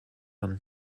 run